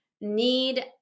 need